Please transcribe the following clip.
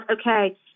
okay